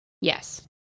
Yes